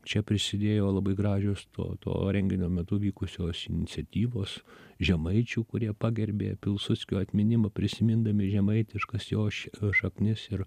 čia prisidėjo labai gražios to to renginio metu vykusios iniciatyvos žemaičių kurie pagerbė pilsudskio atminimą prisimindami žemaitiškas jo šaknis ir